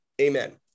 Amen